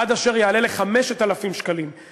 עד אשר יעלה ל-5,000 שקלים,